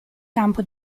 campo